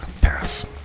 Paris